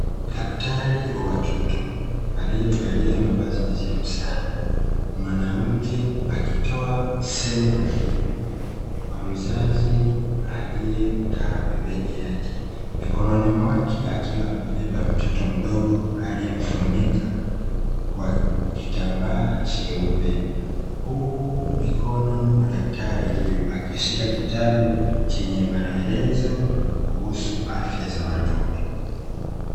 Daktari wa watoto aliyevalia mavazi nadhifu sana, mwanamke akitoa semina fupi kwa mzazi aliyekaa pembeni yake, mikononi mwake akiwa amebeba mtoto mdogo aliyemfunika kwa kitambaa cheupe, huku mikono mwa daktari huyu akishika kitabu chenye maelezo kuhusu afya za watoto.